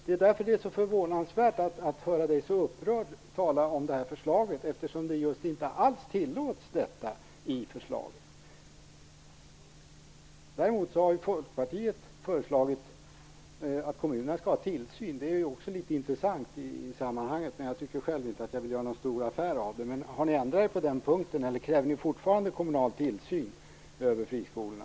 Det är därför det är så förvånande att höra Ola Ström så upprört tala om detta förslag, eftersom detta inte alls tillåts i det. Däremot har ju Folkpartiet föreslagit att kommunerna skall ha tillsyn. Det är intressant i sammanhanget. Jag vill själv inte göra någon stor affär av det, men jag undrar om Folkpartiet har ändrat sig på den punkten eller om det fortfarande kräver kommunal tillsyn över friskolorna.